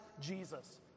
Jesus